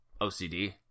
OCD